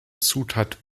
zutat